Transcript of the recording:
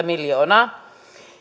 miljoonaa